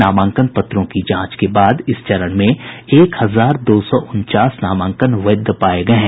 नामांकन पत्रों की जांच के बाद इस चरण में एक हजार दो सौ उनचास नामांकन वैध पाये गये हैं